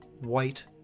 white